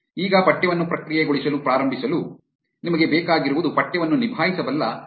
ಈಗ ಪಠ್ಯವನ್ನು ಪ್ರಕ್ರಿಯೆಗೊಳಿಸಲು ಪ್ರಾರಂಭಿಸಲು ನಿಮಗೆ ಬೇಕಾಗಿರುವುದು ಪಠ್ಯವನ್ನು ನಿಭಾಯಿಸಬಲ್ಲ ಲೈಬ್ರರಿ